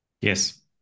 Yes